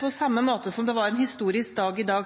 På samme måte som det var en historisk dag i går,